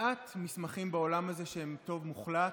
מעט מסמכים בעולם הזה שהם טוב מוחלט,